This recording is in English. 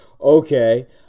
Okay